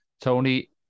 Tony